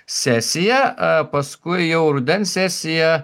sesija a paskui jau rudens sesija